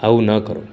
આવું ન કરો